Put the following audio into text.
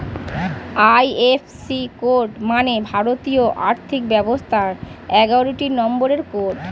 IFC code মানে ভারতীয় আর্থিক ব্যবস্থার এগারোটি নম্বরের কোড